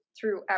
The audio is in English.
throughout